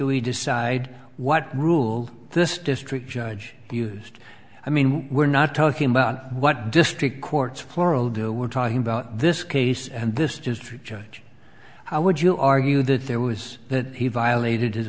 we decide what rule this district judge used i mean we're not talking about what district courts plural do we're talking about this case and this is true judge how would you argue that there was that he violated